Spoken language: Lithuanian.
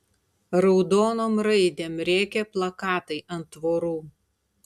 raudonom raidėm rėkė plakatai ant tvorų